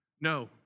No